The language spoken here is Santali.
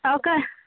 ᱚᱠᱟ